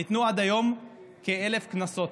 ניתנו עד היום כ-1,000 קנסות,